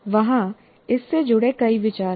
वहां इससे जुड़े कई विचार है